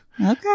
Okay